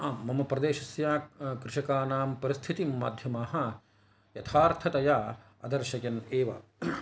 मम प्रदेशस्य कृषकानां परिस्थितिं माध्यमाः यथार्थतया प्रदर्शयन् एव